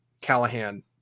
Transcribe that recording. Callahan